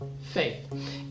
faith